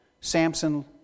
Samson